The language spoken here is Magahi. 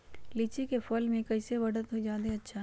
लिचि क फल म कईसे बढ़त होई जादे अच्छा?